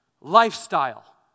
lifestyle